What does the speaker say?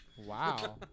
Wow